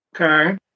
Okay